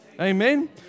Amen